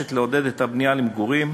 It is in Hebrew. המבקשת לעודד את הבנייה למגורים.